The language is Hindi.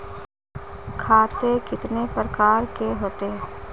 खाते कितने प्रकार के होते हैं?